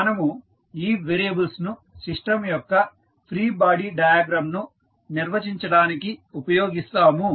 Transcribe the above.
మనము ఈ వేరియబుల్స్ ను సిస్టం యొక్క ఫ్రీ బాడీ డయాగ్రమ్ ను నిర్వచించడానికి ఉపయోగిస్తాము